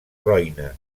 roine